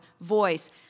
voice